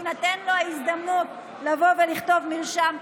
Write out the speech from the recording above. תינתן לו ההזדמנות לכתוב מרשם.